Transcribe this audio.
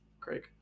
Craig